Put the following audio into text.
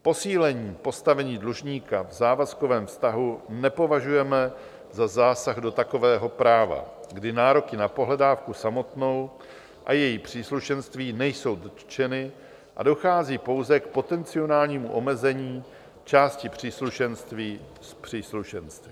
Posílení postavení dlužníka v závazkovém vztahu nepovažujeme za zásah do takového práva, kdy nároky na pohledávku samotnou a její příslušenství nejsou dotčeny a dochází pouze k potenciálnímu omezení části příslušenství s příslušenstvím.